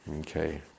Okay